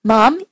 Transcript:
Mom